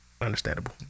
understandable